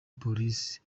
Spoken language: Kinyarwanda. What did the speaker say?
polisi